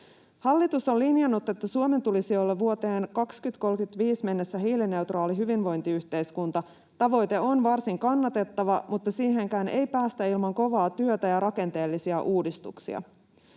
Hallitus on linjannut, että Suomen tulisi olla vuoteen 2035 mennessä hiilineutraali hyvinvointiyhteiskunta. Tavoite on varsin kannatettava, mutta siihenkään ei päästä ilman kovaa työtä ja rakenteellisia uudistuksia.